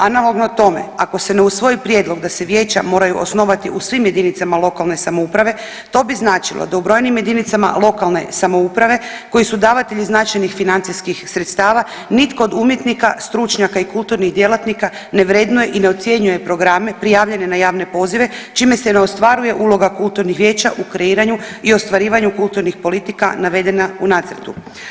Analogno tome ako se ne usvoji prijedlog da se vijeća moraju osnovati u svim jedinicama lokalne samouprave to bi značilo da u brojnim jedinicama lokalne samouprave koji su davatelji značajnih financijskih sredstava nitko od umjetnika, stručnjaka i kulturnih djelatnika ne vrednuje i ne ocjenjuje programe prijavljene na javne pozive čime se ne ostvaruje uloga kulturnih vijeća u kreiranju i ostvarivanju kulturnih politika navedena u nacrtu.